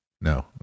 No